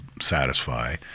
satisfy